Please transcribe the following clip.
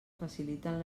faciliten